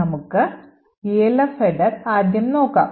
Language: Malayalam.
നമുക്ക് ELF ഹെഡർ ആദ്യം നോക്കാം